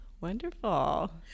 Wonderful